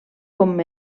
com